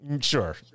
Sure